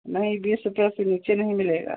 नहीं बीस रुपया के नीचे नहीं मिलेगा